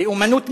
לאומנות משיחית,